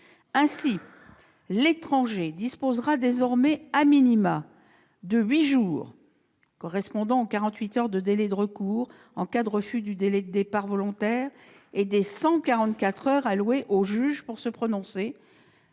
Ainsi, l'étranger disposera désormais de 8 jours, correspondant aux 48 heures du délai de recours en cas de refus du délai de départ volontaire et aux 144 heures allouées au juge pour se prononcer,